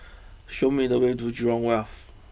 show me the way to Jurong Wharf